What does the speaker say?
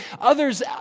others